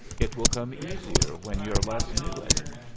it will come easier when you're less new at it.